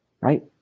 Right